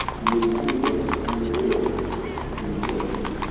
and we stand together to win the war against terrorism